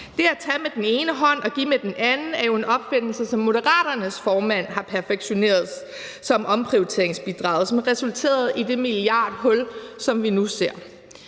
Det at tage med den ene hånd og give med den anden er jo en opfindelse, som Moderaternes formand har perfektioneret i form af omprioriteringsbidraget, som resulterede i det milliardhul, som vi nu ser.